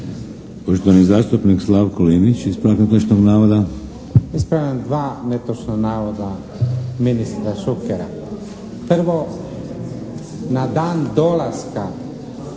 Poštovani zastupnik Slavko Linić, ispravak netočnog navoda. **Linić, Slavko (SDP)** Ispravljam dva netočna navoda ministra Šukera. Prvo na dan dolaska